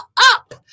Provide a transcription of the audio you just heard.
up